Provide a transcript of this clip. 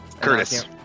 Curtis